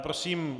Prosím.